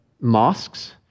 mosques